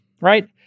right